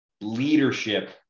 leadership